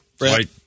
Right